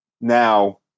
Now